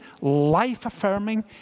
life-affirming